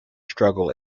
struggle